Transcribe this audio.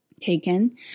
taken